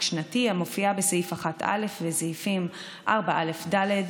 שנתי" המופיעה בסעיף 1(א) וסעיפים 4א(ד),